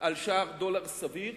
על שער דולר סביר,